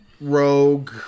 rogue